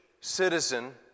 citizen